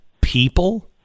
people